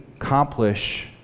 accomplish